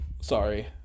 Sorry